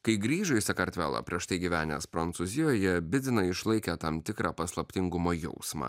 kai grįžo į sakartvelą prieš tai gyvenęs prancūzijoje bidzina išlaikė tam tikrą paslaptingumo jausmą